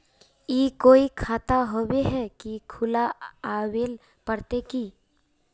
ई कोई खाता होबे है की खुला आबेल पड़ते की?